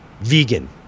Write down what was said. vegan